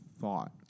thought